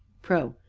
pro.